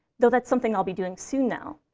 though that's something i'll be doing soon now.